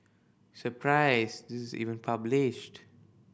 surprised this is even published